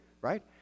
right